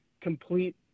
complete